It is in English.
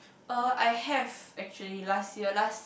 uh I have actually last year last